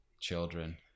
children